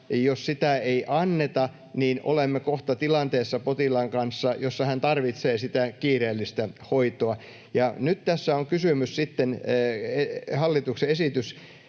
jos sitä ei anneta, niin olemme kohta potilaan kanssa tilanteessa, jossa hän tarvitsee sitä kiireellistä hoitoa. Nyt tässä on kyseessä hallituksen esitys